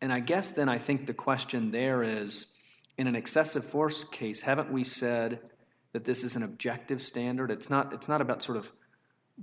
and i guess then i think the question there is in an excessive force case haven't we said that this is an objective standard it's not it's not about sort of